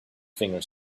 fingers